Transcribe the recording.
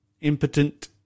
impotent